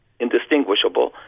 indistinguishable